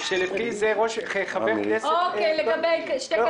זה בעיניי יכול